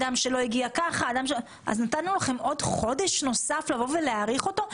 אז נתנו לכם עוד חודש נוסף להעריך אותו.